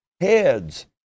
heads